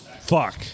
fuck